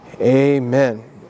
Amen